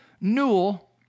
Newell